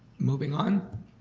moving on.